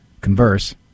converse